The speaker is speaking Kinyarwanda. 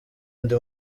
ndi